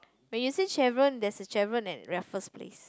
when you say Chevron there's a Chevron at Raffles-Place